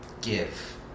give